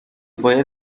باید